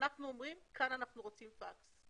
אנחנו אומרים כאן אנחנו רוצים פקס.